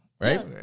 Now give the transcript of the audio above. right